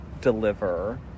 deliver